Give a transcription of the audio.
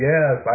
Yes